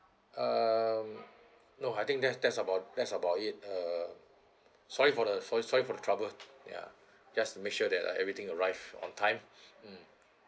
um no I think that's that's about that's about it err sorry for the sorry sorry for the trouble ya just to make sure that everything arrive on time mm